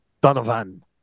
Donovan